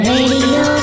Radio